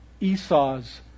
Esau's